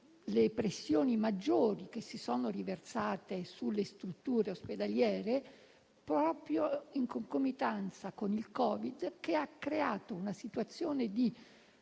le pressioni maggiori che si sono riversate sulle strutture ospedaliere proprio in concomitanza con il Covid, che ha creato una situazione di